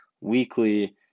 weekly